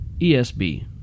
ESB